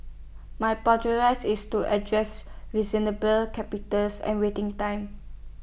my is to address reasonable capitals and waiting times